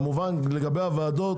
לגבי הוועדות,